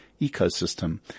ecosystem